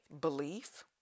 belief